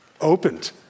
opened